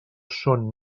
són